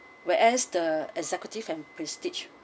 whereas the executive and prestige